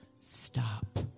stop